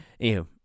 Anywho